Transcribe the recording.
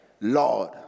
Lord